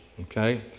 Okay